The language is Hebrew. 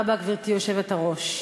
גברתי היושבת-ראש,